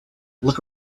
look